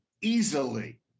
easily